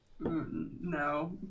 No